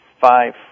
five